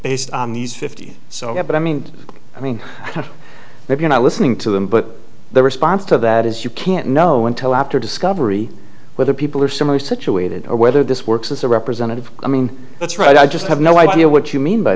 based on these fifty so i mean i mean if you're not listening to them but the response to that is you can't know until after discovery whether people are similarly situated or whether this works as a representative i mean that's right i just have no idea what you mean by